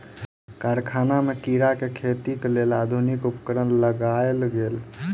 कारखाना में कीड़ा के खेतीक लेल आधुनिक उपकरण लगायल गेल